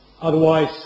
otherwise